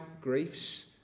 griefs